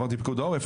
עברתי בפיקוד העורף,